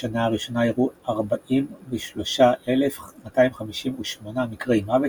בשנה הראשונה אירעו 43,258 מקרי מוות,